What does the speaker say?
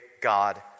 God